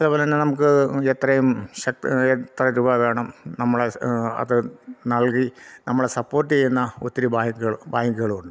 അതേപോലെ തന്നെ നമുക്ക് എത്രയും എത്ര രൂപ വേണം നമ്മളെ അത് നൽകി നമ്മളെ സപ്പോർട്ട് ചെയ്യുന്ന ഒത്തിരി ബാങ്ക്കളുണ്ട്